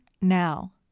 now